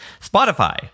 Spotify